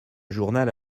journal